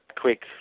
quick